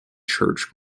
church